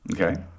Okay